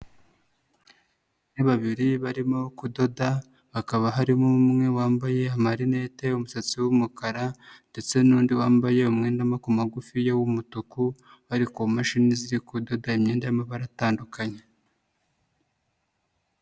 Babiri barimo kudoda hakaba harimo umwe wambaye amarinete, umusatsi w'umukara ndetse n'undi wambaye umwenda w'amaboko magufi w'umutuku bari ku mashini ziri kudoda imyenda y'amabara atandukanye.